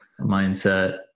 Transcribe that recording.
mindset